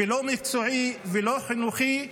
ולא מקצועי ולא חינוכי,